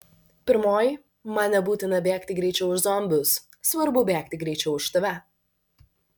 pirmoji man nebūtina bėgti greičiau už zombius svarbu bėgti greičiau už tave